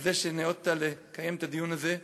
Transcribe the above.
על זה שניאותָּ לקיים את הדיון הזה.